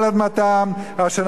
אדמתם אשר נתתי להם אמר השם אלוקיך".